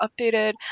updated